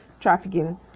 trafficking